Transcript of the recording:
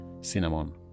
cinnamon